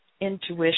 intuition